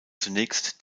zunächst